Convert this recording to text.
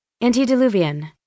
Antediluvian